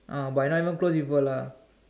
ah but I not even close with her lah